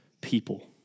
people